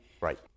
Right